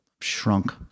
shrunk